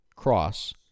Cross